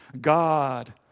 God